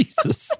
Jesus